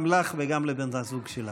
גם לך וגם לבן הזוג שלך.